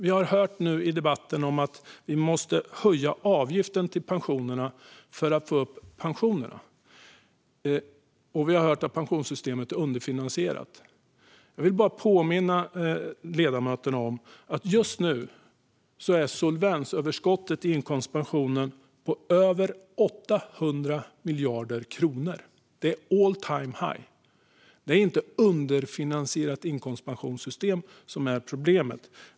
Vi har nu i debatten hört att vi måste höja pensionsavgiften för att få upp pensionerna, och vi har hört att pensionssystemet är underfinansierat. Jag vill påminna ledamöterna om att solvensöverskottet i inkomstpensionen just nu är över 800 miljarder kronor; det är all time high. Det är inte ett underfinansierat inkomstpensionssystem som är problemet.